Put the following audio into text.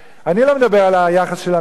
אני לא מדבר על היחס אל המפגינים,